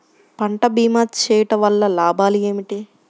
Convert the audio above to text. పంట భీమా చేయుటవల్ల లాభాలు ఏమిటి?